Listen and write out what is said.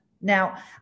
Now